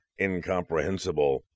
incomprehensible